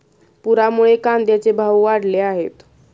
पुरामुळे कांद्याचे भाव वाढले आहेत